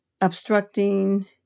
obstructing